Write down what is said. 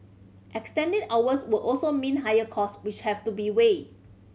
extending hours would also mean higher cost which have to be weighed